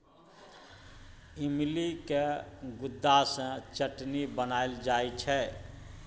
इमलीक गुद्दा सँ चटनी बनाएल जाइ छै